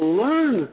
learn